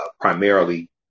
primarily